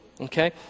okay